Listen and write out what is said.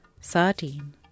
sardine